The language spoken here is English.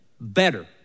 better